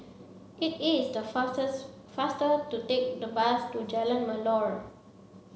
it is the fastest faster to take the bus to Jalan Melor